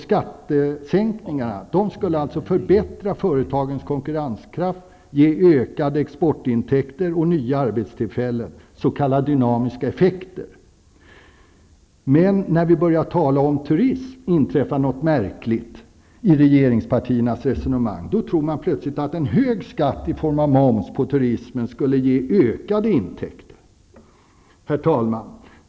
Skattesänkningarna skulle alltså förbättra företagens konkurrenskraft och ge ökade exportintäkter och nya arbetstillfällen -- s.k. När vi börjar tala om turism inträffar något märkligt i regeringspartiernas resonemang. Då tror man plötsligt att en hög skatt i form av moms på turismen skulle ge ökade intäkter. Herr talman!